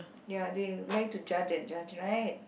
ya they like to judge and judge right